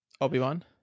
obi-wan